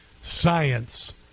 science